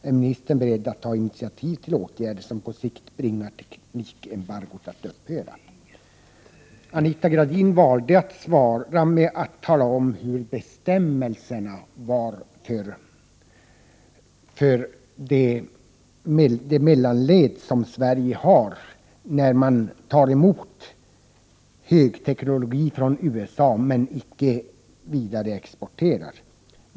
Är ministern beredd att ta initiativ till åtgärder som på sikt bringar teknikembargot att upphöra?” Anita Gradin valde att svara med att tala om hur bestämmelserna var för det mellanled som Sverige utgör när Sverige tar emot högteknologi från USA men icke vidareexporterar.